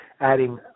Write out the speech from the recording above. adding